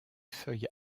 feuilles